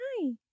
hi